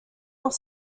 dans